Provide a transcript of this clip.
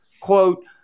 quote